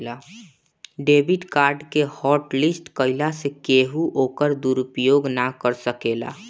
debit card के hotlist कईला से केहू ओकर दुरूपयोग ना कर सकेला